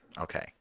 okay